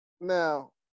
Now